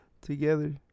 together